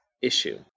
issue